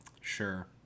Sure